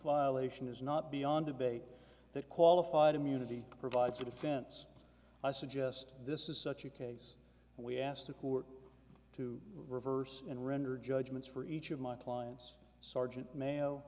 violation is not beyond debate that qualified immunity provides a defense i suggest this is such a case we asked the court to reverse and render judgments for each of my clients sergeant ma